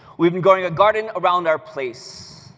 we've been growing a garden around our place.